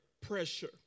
pressure